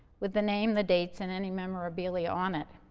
with the name, the dates, and any memorabilia on it.